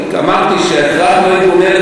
אמרתי שהכרח לא יגונה,